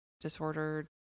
disorder